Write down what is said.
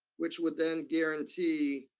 which would then guarantee